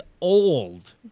old